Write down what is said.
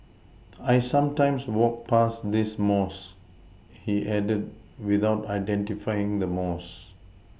I sometimes walk past this mosque he added without identifying the mosque